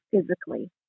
physically